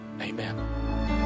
Amen